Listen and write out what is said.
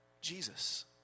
Jesus